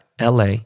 LA